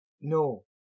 No